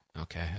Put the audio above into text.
Okay